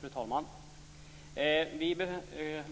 Fru talman! Vi